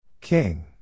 King